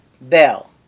Bell